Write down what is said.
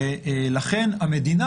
ולכן המדינה,